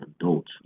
adults